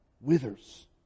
withers